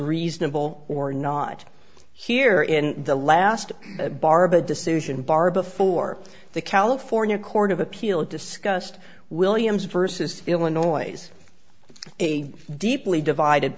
reasonable or not here in the last bar of a decision bar before the california court of appeal discussed williams versus illinois a deeply divided